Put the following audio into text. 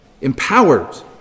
empowered